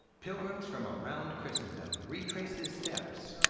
pilgrims from around christendom retrace his steps.